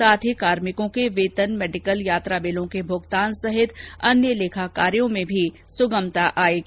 साथ ही कार्मिकों के वेतन मेडिकल यात्रा बिलों के भुगतान सहित अन्य लेखा कार्यों में भी सुगमता आएगी